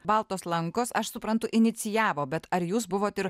baltos lankos aš suprantu inicijavo bet ar jūs buvot ir